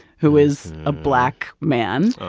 who is a black man,